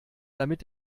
damit